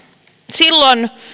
silloin